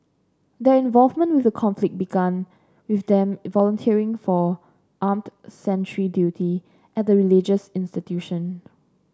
their involvement with the conflict began with them volunteering for armed sentry duty at the religious institution